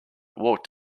walked